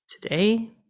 today